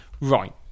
right